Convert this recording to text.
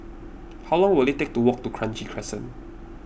how long will it take to walk to Kranji Crescent